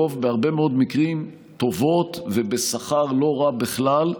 בהרבה מאוד מקרים טובות ובשכר לא רע בכלל,